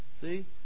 See